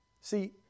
See